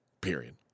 Period